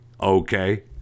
Okay